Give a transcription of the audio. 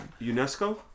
UNESCO